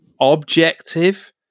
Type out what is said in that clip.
objective